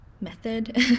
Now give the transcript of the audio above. method